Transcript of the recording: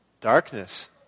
Darkness